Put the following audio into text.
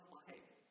life